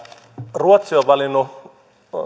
ruotsi on valinnut